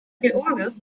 george’s